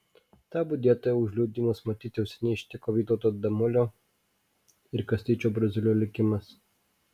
tą budėtoją už liudijimus matyt jau seniai ištiko vytauto damulio ir kastyčio braziulio likimas